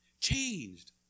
changed